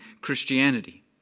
Christianity